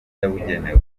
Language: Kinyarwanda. yabugenewe